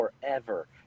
forever